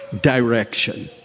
direction